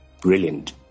brilliant